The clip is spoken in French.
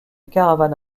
caravane